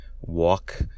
walk